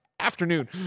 afternoon